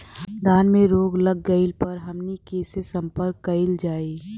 धान में रोग लग गईला पर हमनी के से संपर्क कईल जाई?